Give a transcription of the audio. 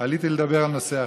עליתי לדבר על נושא אחר.